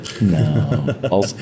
No